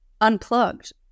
unplugged